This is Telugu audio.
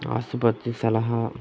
ఆసుపత్రి సలహా